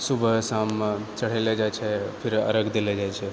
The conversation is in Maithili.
सुबह शाम चढ़ए ले जाए छै फिर अरघ दए लऽ जाय छै